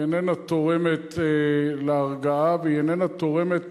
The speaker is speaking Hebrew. היא איננה תורמת להרגעה והיא איננה תורמת